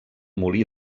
molí